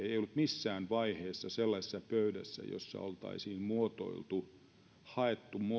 ei ei ollut missään vaiheessa sellaisessa pöydässä jossa oltaisiin haettu